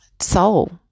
soul